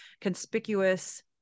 conspicuous